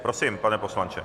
Prosím, pane poslanče.